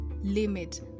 limit